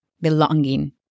belonging